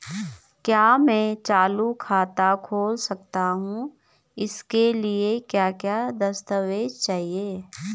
क्या मैं चालू खाता खोल सकता हूँ इसके लिए क्या क्या दस्तावेज़ चाहिए?